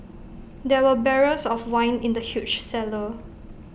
there were barrels of wine in the huge cellar